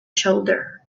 shoulder